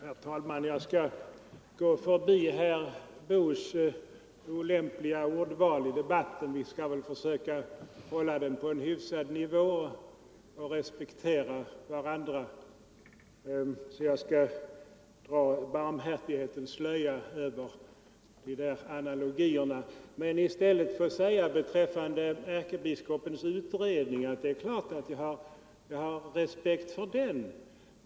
Herr talman! Jag skall gå förbi herr Boos olämpliga ordval. Vi kan väl försöka hålla debatten på en hyfsad nivå och respektera varandra. Därför drar jag en barmhärtighetens slöja över herr Boos analogier. Ärkebiskopens arbetsgrupp har jag naturligtvis respekt för.